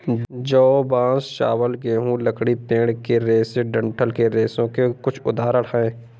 जौ, बांस, चावल, गेहूं, लकड़ी, पेड़ के रेशे डंठल के रेशों के कुछ उदाहरण हैं